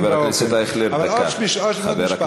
חבר הכנסת אייכלר, דקה.